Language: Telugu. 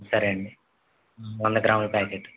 సరే అండి వంద గ్రాముల ప్యాకెట్